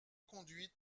conduites